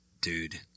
dude